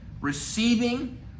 receiving